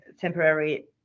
temporary